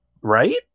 right